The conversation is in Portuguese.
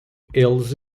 eles